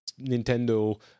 Nintendo